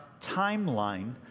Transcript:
timeline